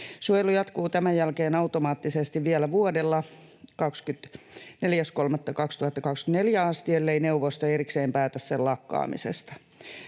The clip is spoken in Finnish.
Suojelu jatkuu tämän jälkeen automaattisesti vielä vuodella 4.3.2024 asti, ellei neuvosto erikseen päätä sen lakkaamisesta.